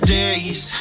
days